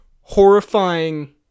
horrifying